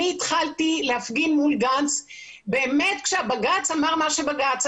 אני התחלתי להפגין מול גנץ באמת כשהבג"ץ אמר מה שאמר.